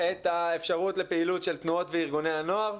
את האפשרות לפעילות של תנועות וארגוני הנוער.